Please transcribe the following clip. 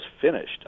finished